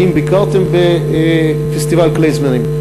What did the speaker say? האם ביקרתם בפסטיבל הכלייזמרים?